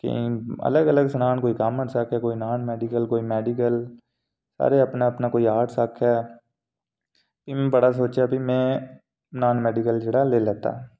केईं अलग अलग सनान कोई कामर्स आखै कोई नान मैडिकल कई मैडिकल सारे अपना अपना कोई आर्टस आखै भी में बड़ा सोचेआ भी में नान मैडिकल जेह्ड़ा लेई लैता